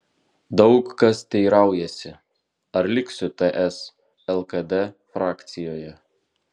daug kas teiraujasi ar liksiu ts lkd frakcijoje